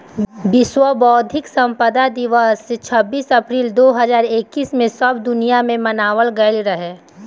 विश्व बौद्धिक संपदा दिवस छब्बीस अप्रैल दो हज़ार इक्कीस में सब दुनिया में मनावल गईल रहे